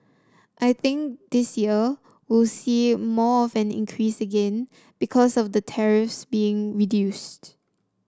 I think this year we'll see more of an increase again because of the tariffs being reduced